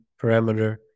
parameter